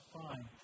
fine